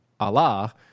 Allah